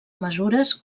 mesures